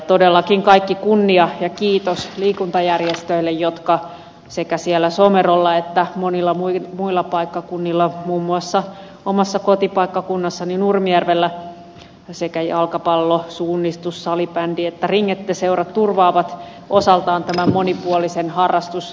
todellakin kaikki kunnia ja kiitos liikuntajärjestöille jotka sekä siellä somerolla että monilla muilla paikkakunnilla muun muassa omalla kotipaikkakunnallani nurmijärvellä sekä jalkapallo suunnistus salibandy että ringetteseurat turvaavat osaltaan tämän monipuolisen harrastustoiminnan